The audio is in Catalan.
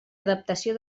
adaptació